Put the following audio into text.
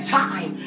time